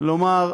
לומר: